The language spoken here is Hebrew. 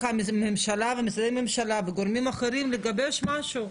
הממשלה ומשרדי ממשלה וגורמים אחרים לגבש משהו,